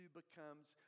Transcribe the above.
becomes